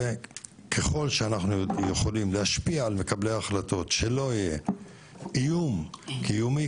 ככל שאנחנו יכולים להשפיע על מקבלי ההחלטות שלא יהיה איום קיומי,